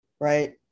right